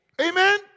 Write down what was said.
Amen